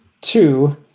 two